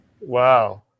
wow